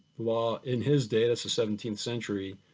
well ah in his day, that's the seventeenth century,